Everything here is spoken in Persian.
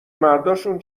مرداشون